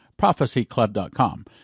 prophecyclub.com